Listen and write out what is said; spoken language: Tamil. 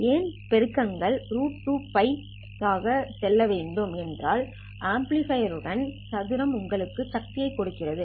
ஏன் பெருக்கங்கள் ஆக செல்ல வேண்டும் ஏனென்றால் ஆம்ப்ளிட்யூட் சதுரம் உங்களுக்கு சக்தியை கொடுக்கிறது